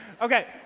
Okay